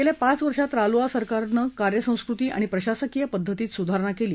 गेल्या पाच वर्षात रालोआ सरकारनं कार्यसंस्कृती आणि प्रशासकीय पध्दतीत सुधारणा केली